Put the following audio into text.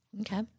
Okay